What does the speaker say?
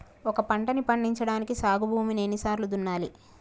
ఒక పంటని పండించడానికి సాగు భూమిని ఎన్ని సార్లు దున్నాలి?